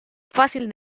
fácil